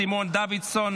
סימון דוידסון,